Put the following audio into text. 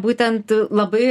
būtent labai